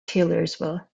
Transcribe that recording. taylorsville